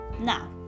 Now